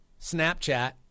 Snapchat